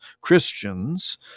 Christians